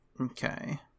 okay